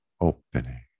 opening